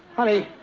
honey